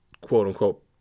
quote-unquote